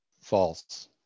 False